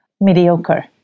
mediocre